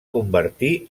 convertir